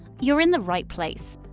you're in the right place!